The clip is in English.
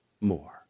more